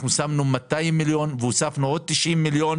אנחנו שמנו 200 מיליון שקלים והוספנו עוד 90 מיליון